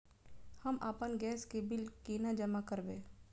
हम आपन गैस के बिल केना जमा करबे?